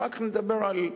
אחר כך נדבר על,